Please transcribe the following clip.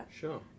Sure